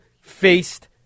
faced